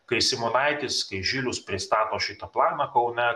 kai simonaitis žilius pristato šitą planą kaune